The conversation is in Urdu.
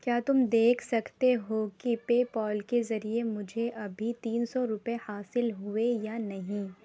کیا تم دیکھ سکتے ہو کہ پےپال کے ذریعے مجھے ابھی تین سو روپئے حاصل ہوئے یا نہیں